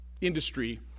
industry